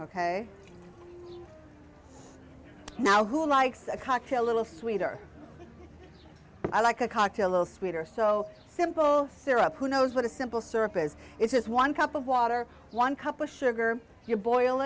ok now who likes a cocktail little sweeter i like a cocktail a little sweeter so simple syrup who knows what a simple surface is just one cup of water one cup of sugar you boil